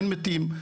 אין מתים,